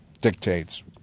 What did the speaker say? dictates